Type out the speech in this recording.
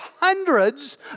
hundreds